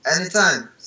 anytime